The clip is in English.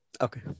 Okay